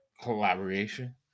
collaboration